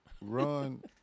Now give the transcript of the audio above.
Run